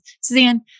Suzanne